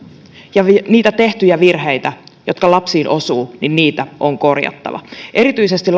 ja niitä tehtyjä virheitä jotka lapsiin osuvat on korjattava erityisesti